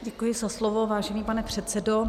Děkuji za slovo, vážený pane předsedo.